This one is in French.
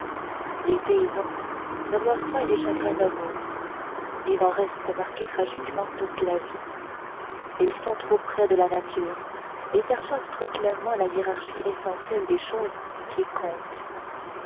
les paysans ne meurent point des chagrins d'amour ni n'en restent marqués tragiquement toute la vie ils sont trop près de la nature et perçoivent trop clairement la hiérarchie essentielle des choses qui comptent